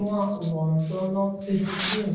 nuo londono pirklių